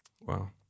wow